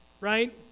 right